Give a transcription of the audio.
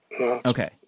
Okay